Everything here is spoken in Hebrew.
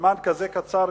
ובזמן כזה קצר,